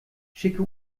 schicke